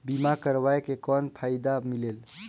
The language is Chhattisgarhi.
बीमा करवाय के कौन फाइदा मिलेल?